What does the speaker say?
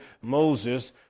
Moses